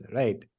right